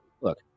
look